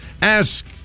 Ask